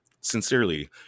sincerely